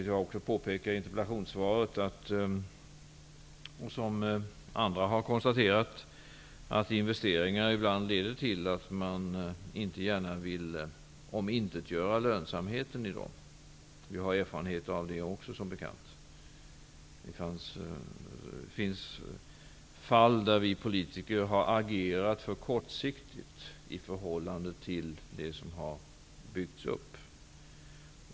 Som jag har påpekat i interpellationssvaret och som även andra har konstaterat vill man inte gärna omintetgöra lönsamheten i gjorda investeringar. Vi har som bekant erfarenheter av detta. Vi politiker har i en del fall agerat för kortsiktigt i förhållande till det som har byggts upp.